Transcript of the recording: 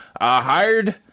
hired